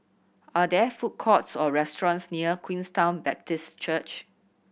are there food courts or restaurants near Queenstown Baptist Church